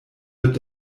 wird